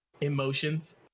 emotions